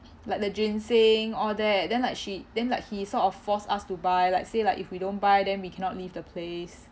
like the ginseng all that then like she then like he sort of force us to buy like say like if we don't buy then we cannot leave the place